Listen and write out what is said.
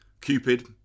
Cupid